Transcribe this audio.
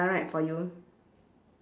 right for you